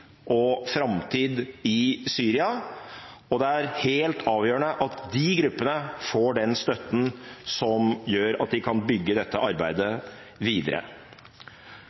og framtid i Syria, og det er helt avgjørende at de gruppene får den støtten som gjør at de kan bygge dette arbeidet videre.